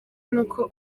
n’uko